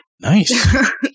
nice